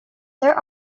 there